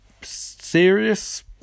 serious